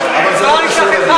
אבל זה לא קשור לדיון.